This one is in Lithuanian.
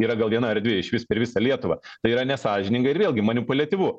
yra gal viena erdvė išvis per visą lietuvą tai yra nesąžininga ir vėlgi manipuliatyvu